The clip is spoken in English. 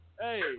Hey